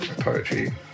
poetry